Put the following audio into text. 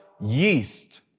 yeast